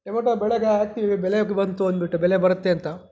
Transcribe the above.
tomato ಬೆಳೆಗೆ ಹಾಕ್ತೀವಿ ಬೆಲೆ ಬಂತು ಅಂದ್ಬಿಟ್ಟು ಬೆಲೆ ಬರುತ್ತೆ ಅಂತ